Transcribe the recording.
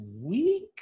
week